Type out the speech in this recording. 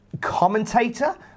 commentator